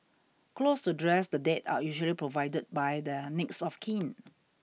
clothes to dress the dead are usually provided by their next of kin